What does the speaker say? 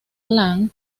lang